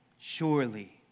Surely